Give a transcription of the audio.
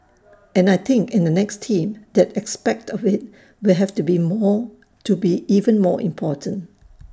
and I think in the next team that aspect of IT will have to be more to be even more important